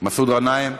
מסעוד גנאים,